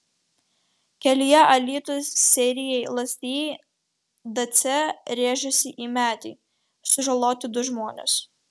kelyje alytus seirijai lazdijai dacia rėžėsi į medį sužaloti du žmonės